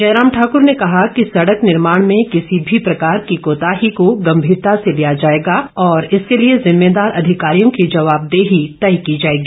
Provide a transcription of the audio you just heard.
जयराम ठाकुर ने कहा कि सड़क निर्माण में किसी भी प्रकार की कोताही को गंभीरता से लिया जाएगा और इसके लिए जिम्मेदार अधिकारियों की जवाबदेही तय की जाएगी